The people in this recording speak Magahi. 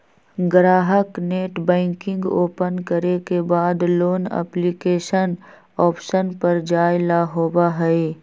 ग्राहक नेटबैंकिंग ओपन करे के बाद लोन एप्लीकेशन ऑप्शन पर जाय ला होबा हई